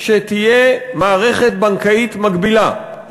שתהיה מערכת בנקאית מקבילה,